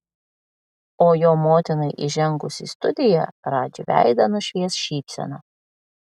o jo motinai įžengus į studiją radži veidą nušvies šypsena